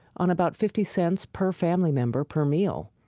on about fifty cents per family member per meal,